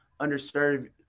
underserved